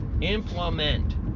Implement